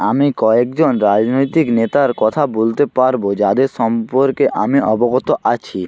আমি কয়েকজন রাজনৈতিক নেতার কথা বলতে পারবো যাদের সম্পর্কে আমি অবগত আছি